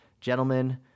Gentlemen